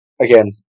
again